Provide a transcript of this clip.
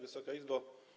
Wysoka Izbo!